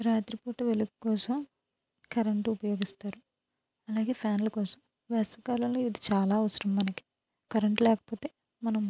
రాత్రి పూట వెలుగు కోసం కరెంటు ఉపయోగిస్తారు అలాగే ఫ్యాన్ల కోసం వేసవి కాలంలో ఇది చాలా అవసరం మనకి కరెంట్ లేకపోతే మనం